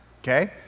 Okay